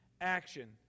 action